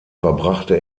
verbrachte